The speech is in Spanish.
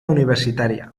universitaria